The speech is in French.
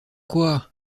quoi